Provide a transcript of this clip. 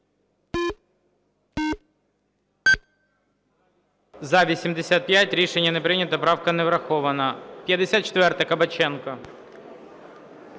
За-85 Рішення не прийнято. Правка не врахована. 54-а, Кабаченко.